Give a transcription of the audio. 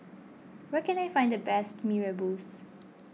where can I find the best Mee Rebus